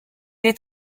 est